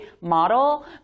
Model